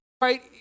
right